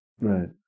Right